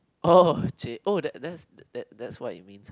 oh !chey! oh that's that's that's what it means ah